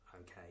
okay